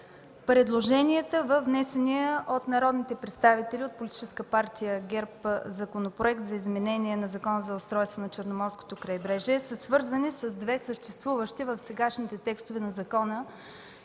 Предложенията във внесения от народните представители от Политическа партия ГЕРБ Законопроект за изменение на Закона за устройството на Черноморското крайбрежие са свързани с две съществуващи в сегашните текстове на закона